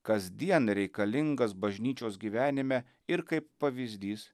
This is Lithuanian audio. kasdien reikalingas bažnyčios gyvenime ir kaip pavyzdys